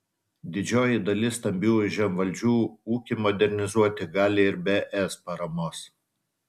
didžioji dalis stambiųjų žemvaldžių ūkį modernizuoti gali ir be es paramos